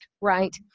right